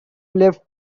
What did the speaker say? left